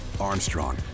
Armstrong